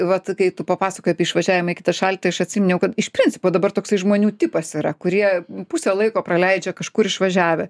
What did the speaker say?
vat kai tu papasakojai tai išvažiavimai į kitą šalį tai aš atsiminiau kad iš principo dabar toksai žmonių tipas yra kurie pusę laiko praleidžia kažkur išvažiavę